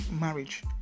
marriage